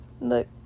look